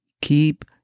Keep